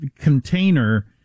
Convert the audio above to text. container